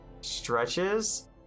stretches